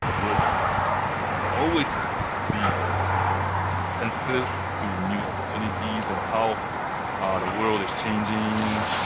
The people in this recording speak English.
would always be sensitive to new opportunities and how the world is changing,